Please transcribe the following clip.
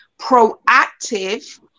proactive